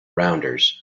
rounders